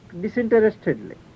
disinterestedly